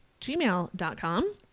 gmail.com